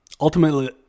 Ultimately